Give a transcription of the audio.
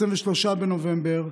23 בנובמבר,